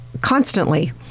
constantly